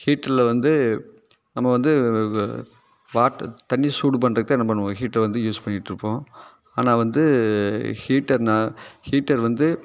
ஹீட்டரில் வந்து நம்ம வந்து வாட்டு தண்ணீர் சூடு பண்ணுறதுக்குதேன் என்ன பண்ணுவோம் ஹீட்டரை வந்து யூஸ் பண்ணிட்டு இருப்போம் ஆனால் வந்து ஹீட்டர்னால் ஹீட்டர் வந்து